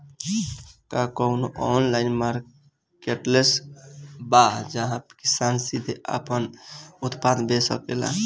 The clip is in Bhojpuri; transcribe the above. का कउनों ऑनलाइन मार्केटप्लेस बा जहां किसान सीधे आपन उत्पाद बेच सकत बा?